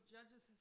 Judges